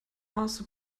also